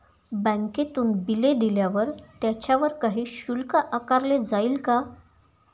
बँकेतून बिले दिल्यावर त्याच्यावर काही शुल्क आकारले जाईल का?